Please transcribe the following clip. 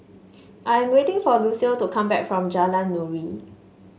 I am waiting for Lucio to come back from Jalan Nuri